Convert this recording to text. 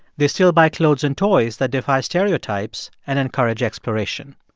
they still buy clothes and toys that defy stereotypes and encourage exploration.